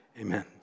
Amen